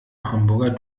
hamburger